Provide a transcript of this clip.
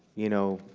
you know,